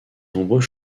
nombreux